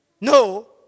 No